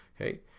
Okay